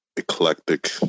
eclectic